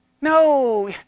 No